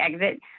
exit